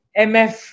MF